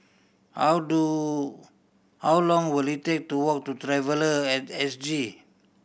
how do how long will it take to walk to Traveller At S G